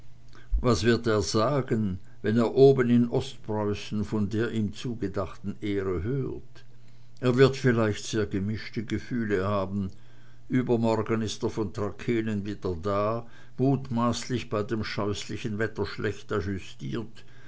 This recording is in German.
was wird er sagen wenn er oben in ostpreußen von der ihm zugedachten ehre hört er wird vielleicht sehr gemischte gefühle haben übermorgen ist er von trakehnen wieder da mutmaßlich bei dem scheußlichen wetter schlecht